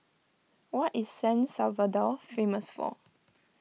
what is San Salvador famous for